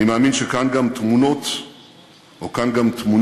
מאמצי איראן לייצר נשק